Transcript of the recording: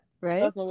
right